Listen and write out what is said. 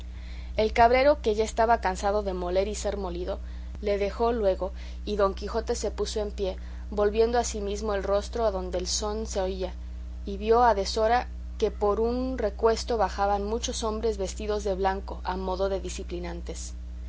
el cabrero que ya estaba cansado de moler y ser molido le dejó luego y don quijote se puso en pie volviendo asimismo el rostro adonde el son se oía y vio a deshora que por un recuesto bajaban muchos hombres vestidos de blanco a modo de